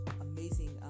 amazing